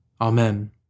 Amen